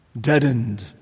deadened